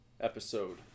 episode